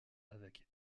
avec